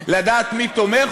לדעת מי תומך,